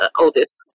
oldest